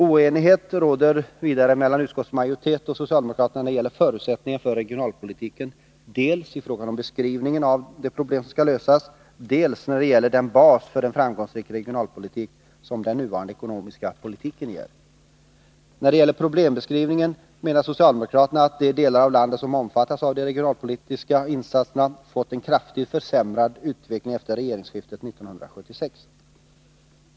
Oenighet råder vidare mellan utskottsmajoriteten och socialdemokraterna när det gäller förutsättningarna för regionalpolitiken, dels i fråga om beskrivningen av de problem som skall lösas, dels när det gäller den bas för en framgångsrik regionalpolitik som den nuvarande ekonomiska politiken ger. När det gäller problembeskrivningen menar socialdemokraterna att de delar av landet som omfattas av de regionalpolitiska insatserna fått en kraftigt försämrad utveckling efter regeringsskiftet 1976.